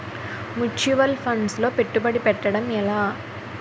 Mutual funds లో పెట్టుబడి పెట్టడం ఎలా?